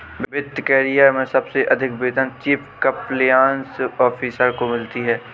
वित्त करियर में सबसे अधिक वेतन चीफ कंप्लायंस ऑफिसर को मिलता है